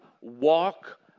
walk